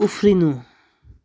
उफ्रिनु